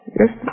Yes